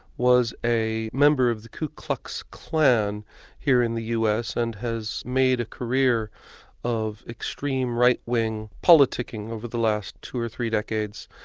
was a member of the ku klux klan here in the us, and has made a career of extreme right-wing politicking over the last two or three decades.